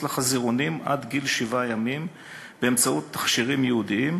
לחזירונים עד גיל שבעה ימים באמצעות תכשירים ייעודיים,